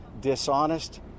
dishonest